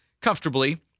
comfortably